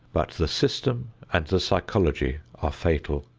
but the system and the psychology are fatal.